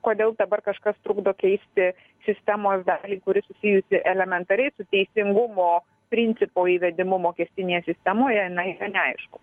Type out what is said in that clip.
kodėl dabar kažkas trukdo keisti sistemos dalį kuri susijusi elementariai su teisingumo principo įvedimu mokestinėje sistemoje na yra neaišku